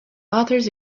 authors